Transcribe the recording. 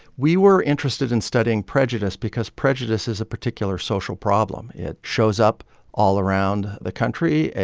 we were interested in studying prejudice because prejudice is a particular social problem. it shows up all around the country.